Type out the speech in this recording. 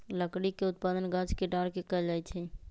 लकड़ी के उत्पादन गाछ के डार के कएल जाइ छइ